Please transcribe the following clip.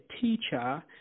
teacher